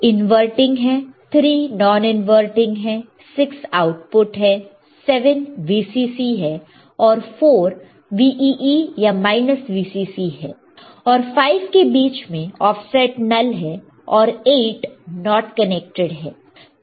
2 inverting है 3 non inverting है 6 output है 7 Vcc है 4 Vee या Vcc है 1 और 5 के बीच में ऑफसेट नल है और 8 नॉट कनेक्टेड है